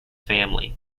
family